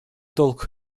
долг